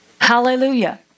Hallelujah